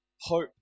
hope